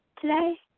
today